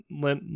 Let